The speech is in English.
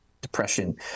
Depression